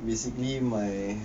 basically my